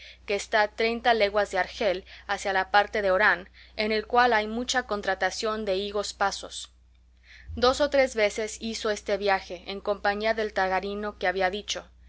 que está treinta leguas de argel hacia la parte de orán en el cual hay mucha contratación de higos pasos dos o tres veces hizo este viaje en compañía del tagarino que había dicho